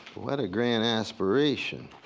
what a grand aspiration.